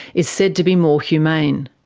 is said to be more humane.